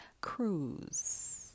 cruise